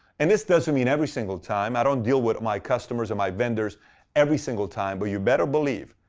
and this doesn't mean every single time. i don't deal with my customers and my vendors every single time. but you better believe,